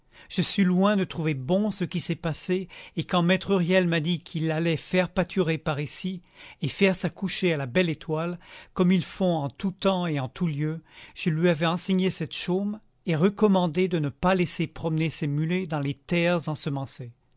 je suis loin de trouver bon ce qui s'est passé et quand maître huriel m'a dit qu'il allait faire pâturer par ici et faire sa couchée à la belle étoile comme ils font en tout temps et en tout lieu je lui avais enseigné cette chaume et recommandé de ne pas laisser promener ses mulets dans les terres